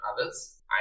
others